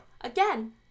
Again